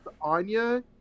Anya